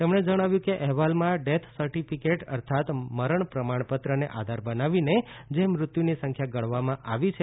તેમણે જણાવ્યું કે અહેવાલમાં ડેથસર્ટિફિકેટ અર્થાત મરણપ્રમાણપત્રને આધાર બનાવીને જે મૃત્યુની સંખ્યા ગણાવમાં આવી છે